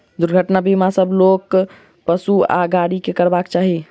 दुर्घटना बीमा सभ लोक, पशु आ गाड़ी के करयबाक चाही